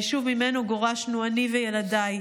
היישוב שממנו גורשנו אני וילדיי,